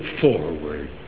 forward